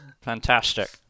Fantastic